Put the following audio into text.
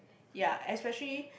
ya especially